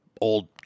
old